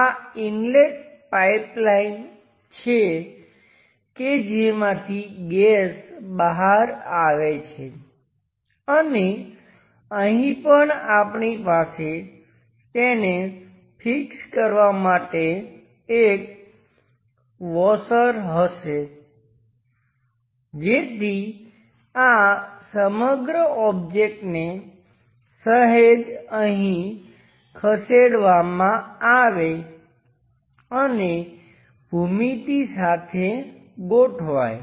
આ inlet pipeline છે કે જેમાંથી ગેસ બહાર આવે છે અને અહીં પણ આપણી પાસે તેને ફિક્સ કરવા માટે એક વોશર હશે જેથી આ સમગ્ર ઓબ્જેક્ટને સહેજ અહીં ખસેડવામાં આવે અને ભૂમિતિ સાથે ગોઠવાય